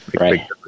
Right